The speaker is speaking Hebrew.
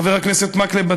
חבר הכנסת מקלב,